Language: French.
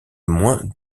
moins